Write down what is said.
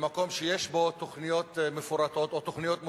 במקום שיש בו תוכניות מפורטות או תוכניות מוצעות,